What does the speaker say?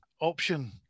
option